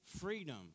freedom